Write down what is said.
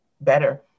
better